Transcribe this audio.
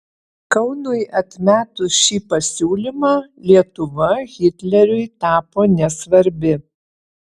kaunui atmetus šį pasiūlymą lietuva hitleriui tapo nesvarbi